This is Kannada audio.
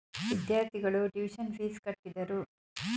ವಿದ್ಯಾರ್ಥಿಗಳು ಟ್ಯೂಷನ್ ಪೀಸ್ ಕಟ್ಟಿದರು